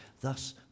thus